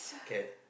cat